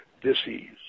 disease